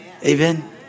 Amen